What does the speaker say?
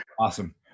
awesome